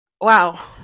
Wow